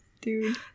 dude